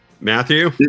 Matthew